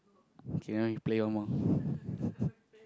okay now you play one more